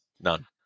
None